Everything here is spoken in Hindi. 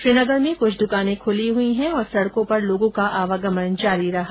श्रीनगर में कुछ दुकाने खुली और सड़कों पर लोगों का आवागमन जारी रहा